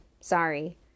sorry